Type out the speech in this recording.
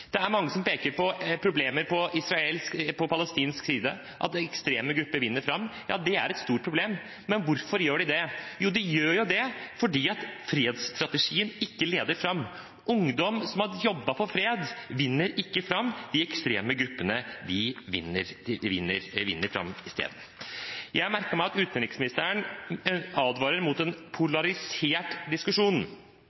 Det er mange som peker på problemer på palestinsk side, at ekstreme grupper vinner fram. Ja, det er et stort problem, men hvorfor gjør de det? Jo, de gjør det fordi fredsstrategien ikke leder fram. Ungdom som har jobbet for fred, vinner ikke fram – de ekstreme gruppene vinner fram i stedet. Jeg har merket meg at utenriksministeren advarer mot en polarisert diskusjon.